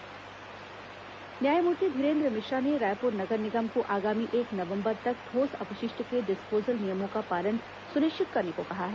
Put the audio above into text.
ठोस अपशिष्ट समीक्षा न्यायमूर्ति धीरेन्द्र मिश्रा ने रायपूर नगर निगम को आगामी एक नवम्बर तक ठोस अपशिष्ट के डिस्पोजल नियमों का पालन सुनिश्चित करने को कहा है